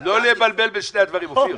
לא לבלבל בין שני הדברים, אופיר.